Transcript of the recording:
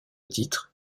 titre